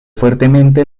fuertemente